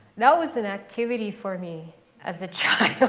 that was an activity for me as a child.